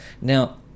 Now